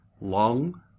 lung